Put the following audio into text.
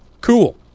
Cool